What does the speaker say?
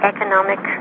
economic